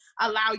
allow